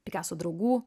pikaso draugų